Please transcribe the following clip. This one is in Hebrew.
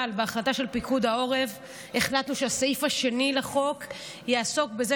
אבל בהחלטה של פיקוד העורף החלטנו שהסעיף השני לחוק יעסוק בזה